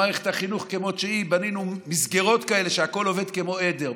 במערכת החינוך כמו שהיא בנינו מסגרות כאלה שהכול עובד כמו עדר,